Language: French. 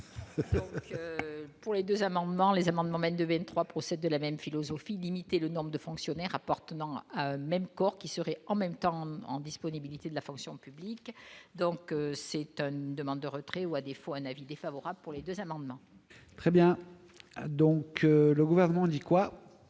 Pour les 2 amendements les amendements même de 3 procède de la même philosophie, limiter le nombre de fonctionnaires appartenant à un même corps qui serait en même temps en disponibilité de la fonction publique, donc s'étonne : demande de retrait ou à défaut un avis défavorable pour les 2 amendements. Très bien, donc, le gouvernement dit quoi.